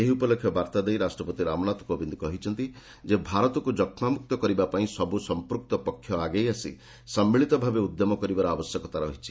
ଏହି ଉପଲକ୍ଷେ ଏକ ବାର୍ତ୍ତା ଦେଇ ରାଷ୍ଟ୍ରପତି ରାମନାଥ କୋବିନ୍ଦ କହିଛନ୍ତି ଯେ ଭାରତକୁ ଯକ୍ଷାମୁକ୍ତ କରିବା ପାଇଁ ସବୁ ସଂପୃକ୍ତ ପକ୍ଷ ଆଗେଇ ଆସି ସମ୍ମିଳିତ ଭାବେ ଉଦ୍ୟମ କରିବାର ଆବଶ୍ୟକତା ରହିଛି